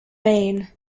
maine